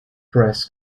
press